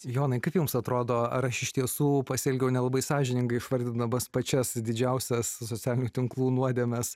jonai kaip jums atrodo ar aš iš tiesų pasielgiau nelabai sąžiningai išvardindamas pačias didžiausias socialinių tinklų nuodėmes